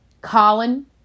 Colin